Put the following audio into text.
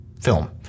film